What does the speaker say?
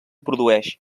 produeixen